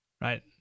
Right